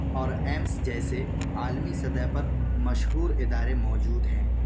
اور ایمس جیسے عالمی سطح پر مشہور ادارے موجود ہیں